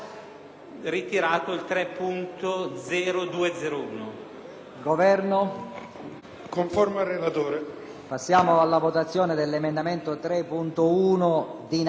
Passiamo alla votazione dell'emendamento 3.1 (testo